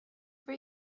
for